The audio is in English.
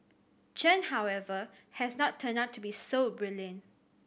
Chen however has not turned out to be so brilliant